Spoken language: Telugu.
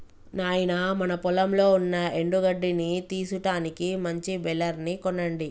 నాయినా మన పొలంలో ఉన్న ఎండు గడ్డిని తీసుటానికి మంచి బెలర్ ని కొనండి